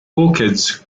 orchids